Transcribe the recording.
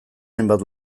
hainbat